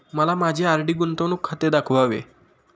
मला माझे आर.डी गुंतवणूक खाते दाखवावे